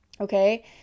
okay